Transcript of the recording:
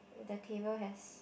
the table has